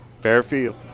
Fairfield